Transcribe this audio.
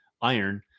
iron